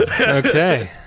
Okay